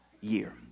year